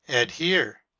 adhere